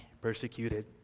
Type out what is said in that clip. persecuted